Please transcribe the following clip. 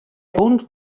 owned